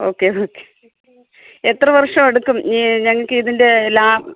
okay okay എത്ര വർഷം എടുക്കും ഈ ഞങ്ങള്ക്കിതിൻ്റെ ലാഭം